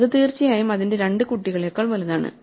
അത് തീർച്ചയായും അതിന്റെ 2 കുട്ടികളേക്കാൾ വലുതാണ്